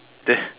they